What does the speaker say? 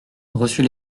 reçut